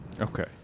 Okay